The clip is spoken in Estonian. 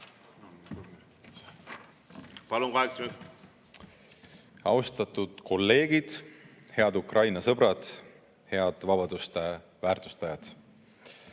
minutit. Austatud kolleegid! Head Ukraina sõbrad! Head vabaduste väärtustajad!